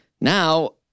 Now